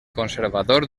conservador